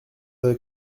avez